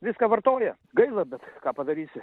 viską vartoja gaila bet ką padarysi